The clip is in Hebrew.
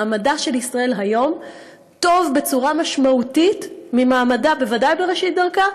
מעמדה של ישראל היום טוב בצורה משמעותית ממעמדה בראשית דרכה,